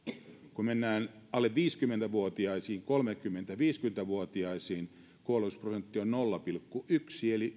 kun mennään alle viisikymmentä vuotiaisiin kolmekymmentä viiva viisikymmentä vuotiaisiin kuolleisuusprosentti on nolla pilkku yksi eli